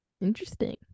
Interesting